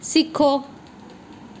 सिक्खो